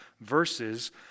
verses